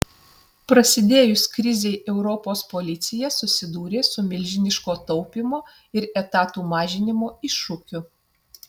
prasidėjus krizei europos policija susidūrė su milžiniško taupymo ir etatų mažinimo iššūkiu